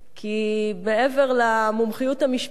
כי מעבר למומחיות המשפטית,